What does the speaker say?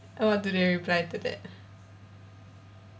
what do they reply to that